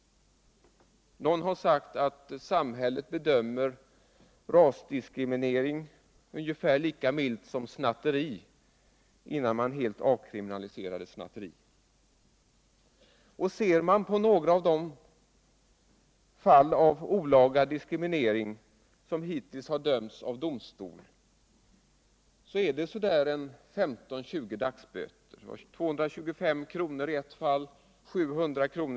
Någon har sagt att samhället bedömer rasdiskriminering unge fär lika milt som snatteri, innan snatteriet helt avkriminaliserades. Och ser man på några av de fall där domstol dömt för olaga diskriminering rör det sig om 15-20 dagsböter, 225 kr. i ett fall, 700 kr.